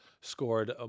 scored